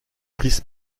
chris